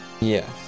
Yes